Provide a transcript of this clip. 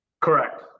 Correct